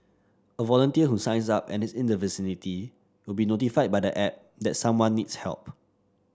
a volunteer who signs up and is in the vicinity will be notified by the app that someone needs help